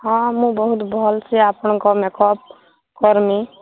ହଁ ମୁଁ ବହୁତ୍ ଭଲ୍ ସେ ଆପଣଙ୍କ ମେକଅପ୍ କର୍ମି